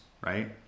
right